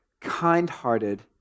kind-hearted